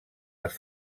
les